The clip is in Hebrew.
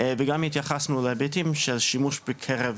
וגם התייחסנו להיבטים של שימוש בקרב,